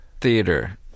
Theater